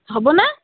হ'বনে